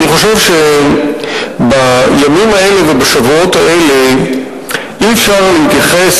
אני חושב שבימים האלה ובשבועות האלה אי-אפשר להתייחס